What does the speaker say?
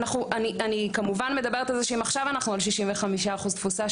אני כמובן מדברת על זה שאם עכשיו אנחנו על 65% תפוסה,